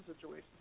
situation